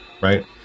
right